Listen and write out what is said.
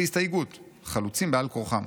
אך בהסתייגות: 'חלוצים בעל כורחם'.